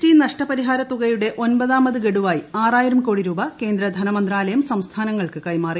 T നഷ്ടപരിഹാരത്തുകയുടെ ഒൻപതാമത് ഗഡുവായി ആറായിരം കോടി രൂപ കേന്ദ്ര ധനമന്ത്രാലയം സംസ്ഥാനങ്ങൾക്ക് കൈമാറി